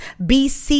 BC